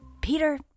Peter